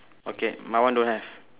okay my one don't have